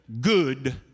good